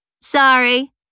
Sorry